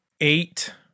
eight